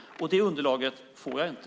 Det underlaget får jag inte.